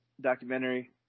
documentary